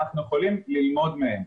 אנחנו יכולים ללמוד מהם.